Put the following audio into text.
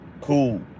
Cool